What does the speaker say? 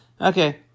Okay